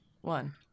one